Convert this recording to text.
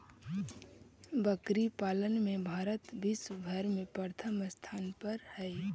बकरी पालन में भारत विश्व भर में प्रथम स्थान पर हई